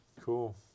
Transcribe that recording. Cool